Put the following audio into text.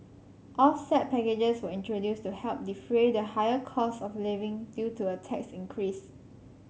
offset packages were introduced to help defray the higher costs of living due to a tax increase